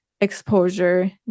exposure